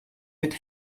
mit